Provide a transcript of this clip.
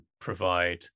provide